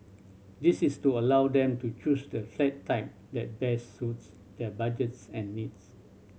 this is to allow them to choose the flat type that best suits their budgets and needs